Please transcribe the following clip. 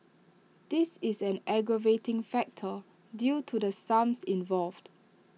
this is an aggravating factor due to the sums involved